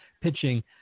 pitching